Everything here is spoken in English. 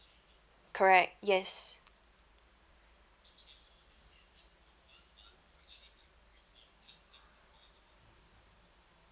correct yes